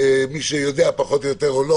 מי שיודע פחות או יותר או לא